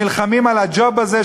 נלחמים על הג'וב הזה,